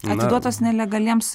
atiduotos nelegaliems